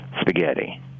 spaghetti